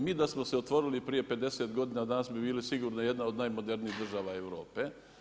Mi da smo se otvorili prije 50 godina danas bi bilo sigurno jedna od najmodernijih država Europe.